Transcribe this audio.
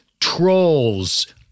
Trolls